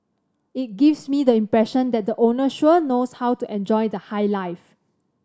it gives me the impression that the owner sure knows how to enjoy the high life